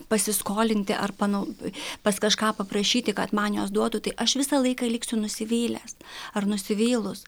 pasiskolinti ar panau pas kažką paprašyti kad man jos duotų tai aš visą laiką liksiu nusivylęs ar nusivylus